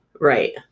right